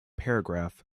paragraph